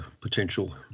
potential